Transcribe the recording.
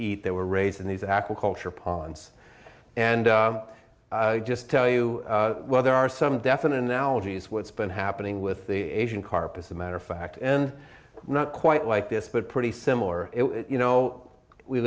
eat they were raised in these aquaculture ponds and just tell you well there are some definite analogies what's been happening with the asian carp as a matter of fact and not quite like this but pretty similar you know we